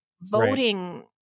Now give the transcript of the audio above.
voting